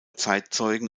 zeitzeugen